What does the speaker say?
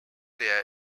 layer